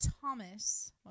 Thomas